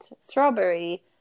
strawberry